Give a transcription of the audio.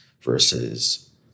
versus